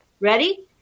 Ready